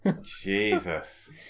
Jesus